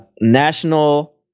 National